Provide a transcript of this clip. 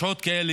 בשעות כאלה,